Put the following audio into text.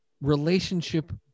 relationship